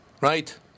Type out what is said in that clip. right